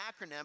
acronym